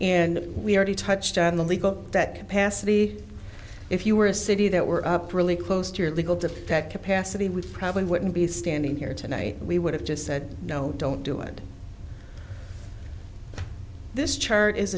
and we already touched on the legal that capacity if you were a city that were up really close to your legal defect capacity would probably wouldn't be standing here tonight we would have just said no don't do it this chart is